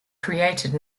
created